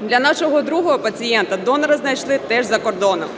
Для нашого другого пацієнта донора знайшли теж за кордоном.